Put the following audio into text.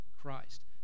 Christ